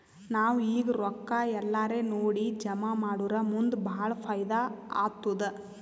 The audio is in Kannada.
ನಾವ್ ಈಗ್ ರೊಕ್ಕಾ ಎಲ್ಲಾರೇ ನೋಡಿ ಜಮಾ ಮಾಡುರ್ ಮುಂದ್ ಭಾಳ ಫೈದಾ ಆತ್ತುದ್